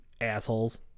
assholes